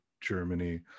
Germany